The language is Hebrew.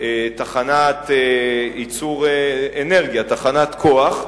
תחנה ייצור אנרגיה, תחנת כוח.